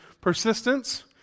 persistence